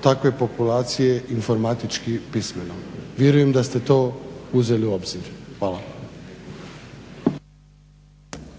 takve populacije informatički pismeno. Vjerujem da ste to uzeli u obzir. Hvala.